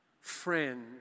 friend